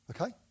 Okay